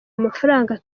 amafaranga